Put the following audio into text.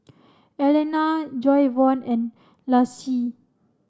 Allena Jayvon and Laci